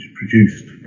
produced